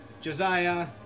Josiah